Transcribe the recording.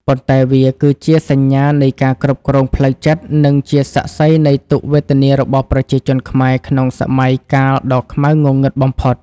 ប៉ុន្តែវាគឺជាសញ្ញានៃការគ្រប់គ្រងផ្លូវចិត្ត និងជាសាក្សីនៃទុក្ខវេទនារបស់ប្រជាជនខ្មែរក្នុងសម័យកាលដ៏ខ្មៅងងឹតបំផុត។